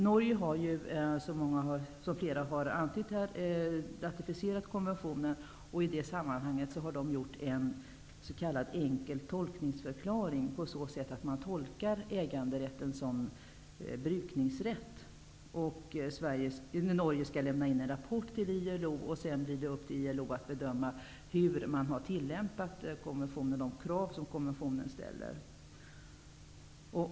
Norge har, som fler här har antytt, ratificerat konventionen. I det sammanhanget har man gjort en s.k. enkel tolkningsförklaring på så sätt att man tolkar äganderätt som brukningsrätt. Norge skall lämna in en rapport till ILO, därefter blir det ILO:s sak att bedöma hur konventionens krav har tillämpats.